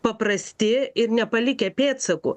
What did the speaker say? paprasti ir nepalikę pėdsakų